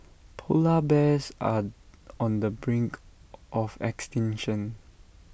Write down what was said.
Polar Bears are on the brink of extinction